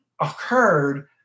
occurred